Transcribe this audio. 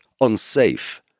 unsafe